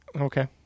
Okay